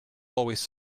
always